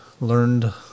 learned